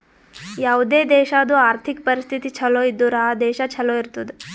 ಯಾವುದೇ ದೇಶಾದು ಆರ್ಥಿಕ್ ಪರಿಸ್ಥಿತಿ ಛಲೋ ಇದ್ದುರ್ ಆ ದೇಶಾ ಛಲೋ ಇರ್ತುದ್